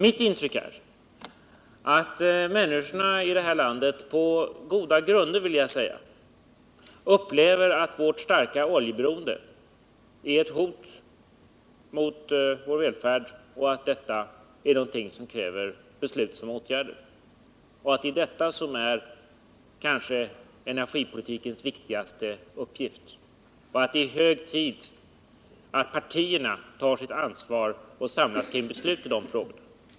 Mitt intryck är att människorna i det här landet — på goda grunder, vill jag säga — upplever att vårt starka oljeberoende är ett hot mot vår välfärd, vilket kräver beslutsamma åtgärder, att detta är energipolitikens viktigaste uppgift och att det är hög tid att partierna tar sitt ansvar och samlas kring beslut i de här frågorna.